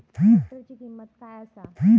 ट्रॅक्टराची किंमत काय आसा?